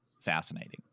fascinating